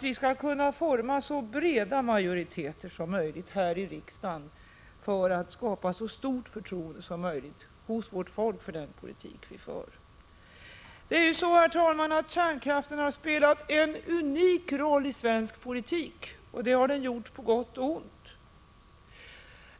vi skall kunna forma så breda majoriteter som möjligt här i riksdagen, så att största möjliga förtroende för den politik vi bedriver kan skapas hos vårt folk. Kärnkraften har spelat en unik roll i svensk politik. Detta har den gjort på gott och på ont.